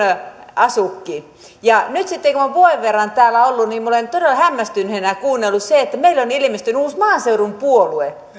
asukki ja nyt sitten kun olen vuoden verran täällä ollut niin minä olen todella hämmästyneenä kuunnellut sitä että meille on ilmestynyt uusi maaseudun puolue